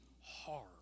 hard